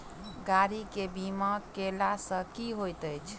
गाड़ी केँ बीमा कैला सँ की होइत अछि?